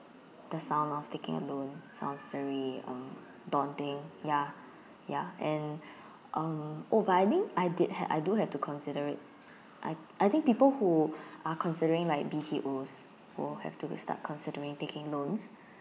the sound of taking loan sounds very uh daunting ya ya and uh oh but I think I did ha~ I do have to consider it I I think people who are considering like B_T_Os would have to start considering taking loans